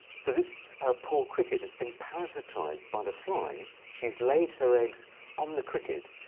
so this poor cricket has been parasitized by the fly. she's laid her eggs on the cricket.